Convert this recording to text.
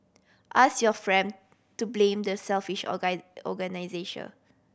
ask your friend to blame the selfish organiser